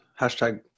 Hashtag